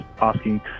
asking